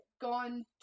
gone